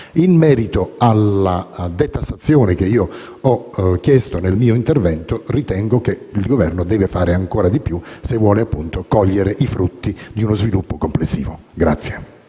In merito alla detassazione di cui ho chiesto nel mio intervento, ritengo che il Governo debba fare ancora di più se vuole cogliere i frutti di uno sviluppo complessivo.